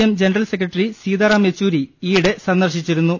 M general secretary Sitaram Yechury ഈയിടെ സന്ദർശിച്ചിരു ന്നു